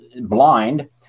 blind